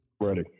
Ready